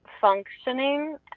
functioning